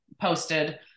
posted